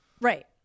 Right